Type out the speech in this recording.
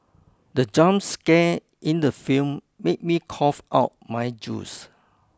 the jump scare in the film made me cough out my juice